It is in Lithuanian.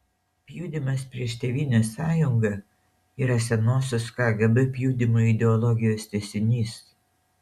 pjudymas prieš tėvynės sąjungą yra senosios kgb pjudymo ideologijos tęsinys